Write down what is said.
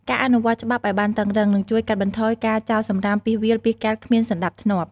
ការអនុវត្តច្បាប់ឲ្យបានតឹងរ៉ឹង នឹងជួយកាត់បន្ថយការចោលសំរាមពាសវាលពាសកាលគ្មានសណ្ដាប់ធ្នាប់។